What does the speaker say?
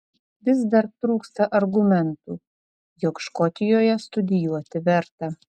vis dar trūksta argumentų jog škotijoje studijuoti verta